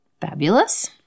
Fabulous